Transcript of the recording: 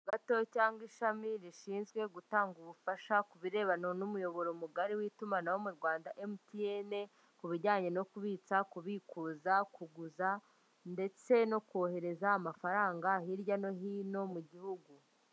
Bato cyangwa ishami rishinzwe gutanga ubufasha ku birebana n'umuyoboro mugari w'itumanaho mu Rwanda MTN, ku bijyanye no kubitsa, kubikuza, kuguza ndetse no kohereza amafaranga hirya no hino mu gihugu.